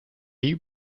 you